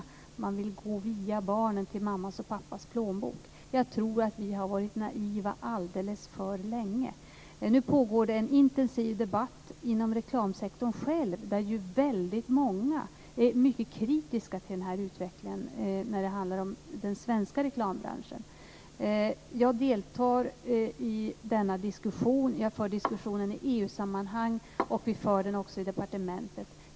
Man vill gå via barnen till mammas och pappas plånbok. Jag tror att vi har varit naiva alldeles för länge. Nu pågår det en intensiv debatt inom reklamsektorn. Där är många mycket kritiska till denna utveckling i den svenska reklambranschen. Jag deltar i denna diskussion, jag för diskussionen i EU sammanhang och vi för den i departementet.